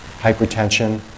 hypertension